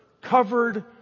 covered